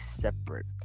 separate